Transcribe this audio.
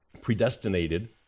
predestinated